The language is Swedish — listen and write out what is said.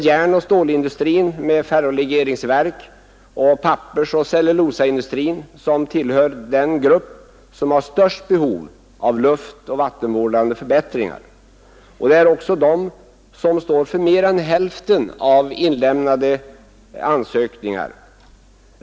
Järnoch stålindustrier med ferrolegeringsverk samt pappersoch cellulosaindustrin tillhör den grupp som har det största behovet av luftoch vattenvårdande förbättringar. Dessa industrier står också för mer än hälften av inlämnade ansökningar.